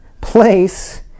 place